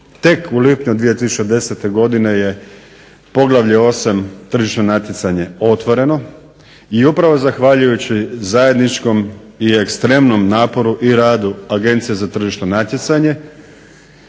Tek u lipnju 2010. godine je poglavlje 8. – Tržišno natjecanje otvoreno i upravo zahvaljujući zajedničkom i ekstremnom naporu i radu Agencije za tržišno natjecanje